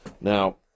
Now